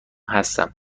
هستم